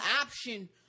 option